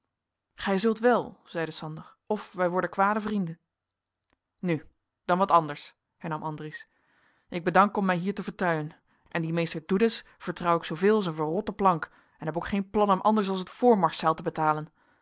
gij zult wel zeide sander of wij worden kwade vrienden nu dan wat anders hernam andries ik bedank om mij hier te vertuien en dien meester doedes vertrouw ik zooveel als een verrotte plank en heb ook geen plan hem anders als het voormarszeil te betalen